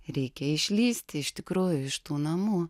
reikia išlįsti iš tikrųjų iš tų namų